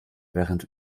während